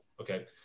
Okay